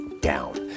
down